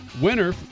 winner